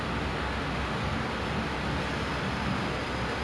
like like each day like I try to refine the morning routine